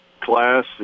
Class